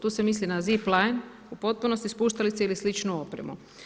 Tu se misli na zip line, u potpunosti spuštalice ili sličnu opremu.